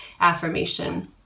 affirmation